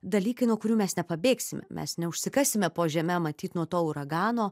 dalykai nuo kurių mes nepabėgsime mes neužsikasime po žeme matyt nuo to uragano